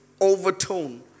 overtone